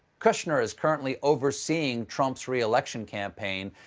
kushner is currently overseeing trump's re-election campaign,